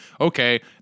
okay